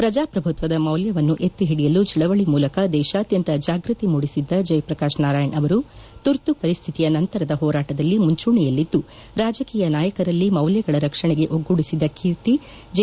ಪ್ರಜಾಪ್ರಭುತ್ವದ ಮೌಲ್ಯವನ್ನು ಎತ್ತಿ ಹಿಡಿಯಲು ಚಳವಳಿ ಮೂಲಕ ದೇಶಾದ್ಯಂತ ಜಾಗೃತಿ ಮೂಡಿಸಿದ್ದ ಜಯಪ್ರಕಾಶ್ ನಾರಾಯಣ್ ಅವರು ತುರ್ತು ಪರಿಸ್ಥಿತಿಯ ನಂತರದ ಹೋರಾಟದಲ್ಲಿ ಮುಂಜೂಣಿಯಲ್ಲಿದ್ದು ರಾಜಕೀಯ ನಾಯಕರಲ್ಲಿ ಮೌಲ್ಯಗಳ ರಕ್ಷಣೆಗೆ ಒಗ್ಗೂಡಿಸಿದ ಕೀರ್ತಿ ಜೆ